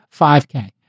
5K